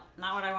mile in